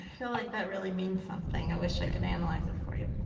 feel like that really means something, i wish i could analyze it for you.